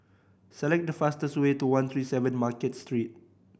select the fastest way to one three seven Market Street